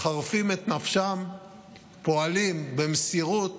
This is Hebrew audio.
מחרפים את נפשם ופועלים במסירות,